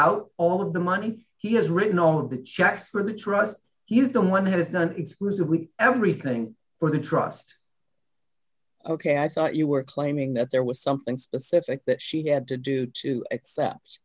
out all of the money he has written all of the checks for the trust he's the one who is not it's was we everything for the trust ok i thought you were claiming that there was something specific that she had to do to accept